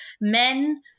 Men